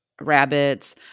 rabbits